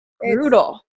brutal